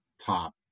top